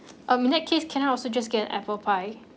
um in that case can I also just get an apple pie